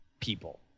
people